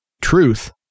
truth